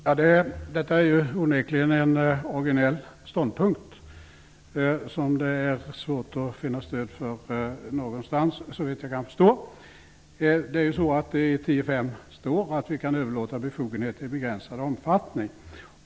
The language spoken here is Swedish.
Herr talman! Detta är onekligen en originell ståndpunkt, som det är svårt att finna stöd för någonstans, såvitt jag kan förstå. I 10 kap. 5 § RF står att vi kan överlåta befogenhet i begränsad omfattning.